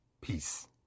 peace